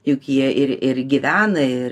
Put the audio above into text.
juk jie ir ir gyvena ir